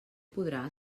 podrà